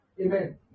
Amen